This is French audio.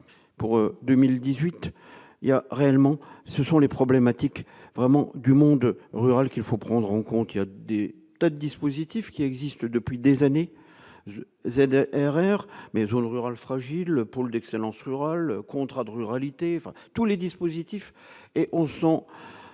pour 2018 il y a réellement ce sont les problématiques vraiment du monde rural qu'il faut prendre en compte, il y a des tas de dispositifs qui existent depuis des années, je faisais de la RSR maison le rurales fragiles pour d'excellence le rôle contrat de ruralité, enfin tous les dispositifs, et on sent,